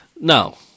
No